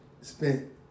spent